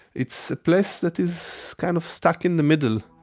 its a place that is kind of stuck in the middle